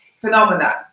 phenomena